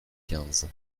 quinze